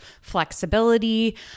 flexibility